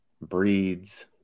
breeds